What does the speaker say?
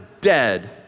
dead